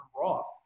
Roth